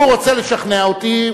אם הוא רוצה לשכנע אותי,